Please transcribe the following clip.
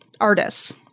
artists